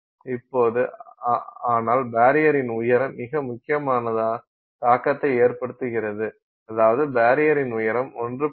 இப்போது ஆனால் பரியரின் உயரம் மிக முக்கியமான தாக்கத்தை ஏற்படுத்துகிறது அதாவது பரியரின் உயரம் 1